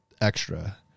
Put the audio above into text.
extra